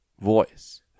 voice